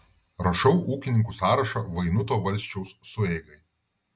rašau ūkininkų sąrašą vainuto valsčiaus sueigai